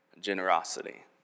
generosity